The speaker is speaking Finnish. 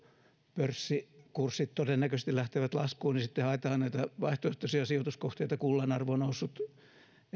pörssikurssit todennäköisesti lähtevät laskuun niin sitten haetaan näitä vaihtoehtoisia sijoituskohteita kullan arvo on noussut